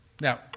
Now